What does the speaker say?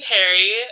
Harry